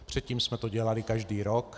Předtím jsme to dělali každý rok.